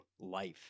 life